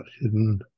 hidden